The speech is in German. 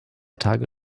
tage